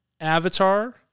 Avatar